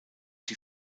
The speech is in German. die